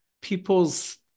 people's